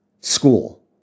school